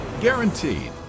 guaranteed